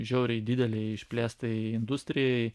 žiauriai didelei išplėstai industrijai